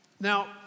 Now